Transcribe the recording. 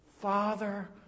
Father